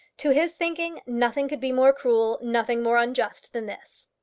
to his thinking nothing could be more cruel, nothing more unjust, than this.